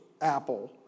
apple